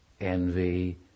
envy